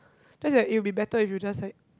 just like it will be better if you just like